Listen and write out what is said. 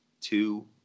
two